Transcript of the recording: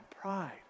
pride